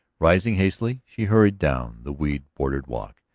rising hastily, she hurried down the weed-bordered walk,